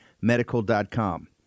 medical.com